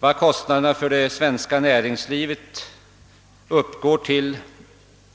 Vad kostnaderna uppgår till för det svenska näringslivet